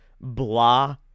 blah